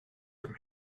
from